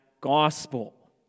gospel